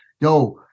yo